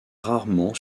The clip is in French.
rarement